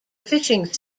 fishing